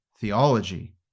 theology